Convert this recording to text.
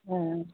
आयँ